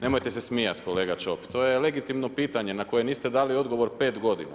Nemojte se smijat kolega Čop, to je legitimno pitanje na koje niste dali odgovor 5 godina.